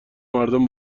مردم